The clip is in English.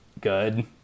good